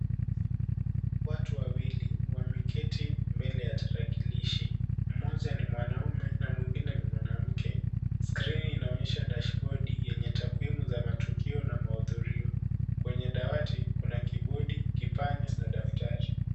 Watu wawili wameketi mbele ya tarakilishi, moja ni mwanaume na mwingine ni mwanamke. Skrini inaonyesha dashbodi yenye takwimu za matukio na mahudhurio. Kwenye dawati kuna kibodi, kipanya na daftari.